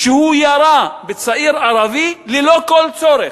שהוא ירה בצעיר ערבי ללא כל צורך.